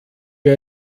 mir